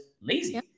lazy